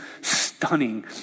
stunning